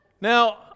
Now